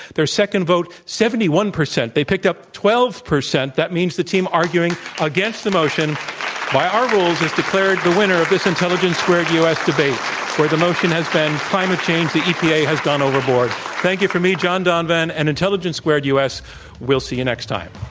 their second vote seventy one percent. they picked up twelve percent. that means the team arguing against the motion by our rules is declared the winner of this intelligence squared u. s. debate where the motion has been climate change the epa has gone overboard. thank you from me, john donvan, and intelligence squared. we'll see you next time.